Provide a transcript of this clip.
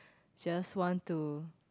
just want to